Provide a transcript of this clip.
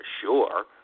sure